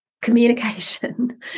Communication